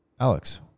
alex